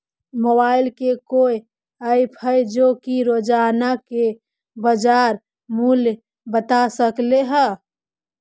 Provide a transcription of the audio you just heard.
Mobile के कोइ app है जो कि रोजाना के बाजार मुलय बता सकले हे?